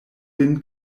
lin